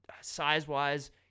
Size-wise